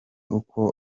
uko